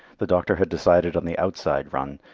the doctor had decided on the outside run,